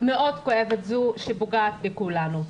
מאוד כואבת זו שפוגעת בכולנו.